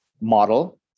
model